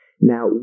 Now